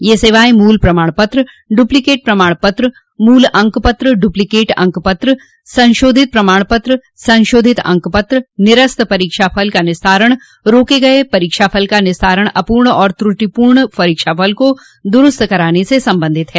यह सेवाएं मूल प्रमाण पत्र डुप्लीकेट प्रमाण पत्र मूल अंकपत्र डुप्लीकेट अंकपत्र संशोधित प्रमाण पत्र संशोधित अंकपत्र निरस्त परीक्षाफल का निस्तारण रोके गये परीक्षाफल का निस्तारण अपूर्ण और त्रुटिपूर्ण परीक्षाफल को दुरूस्त करने से संबंधित हैं